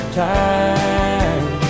time